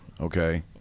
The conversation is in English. okay